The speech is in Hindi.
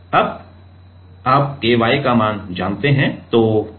अब तो आप K y मान जानते हैं